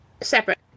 Separate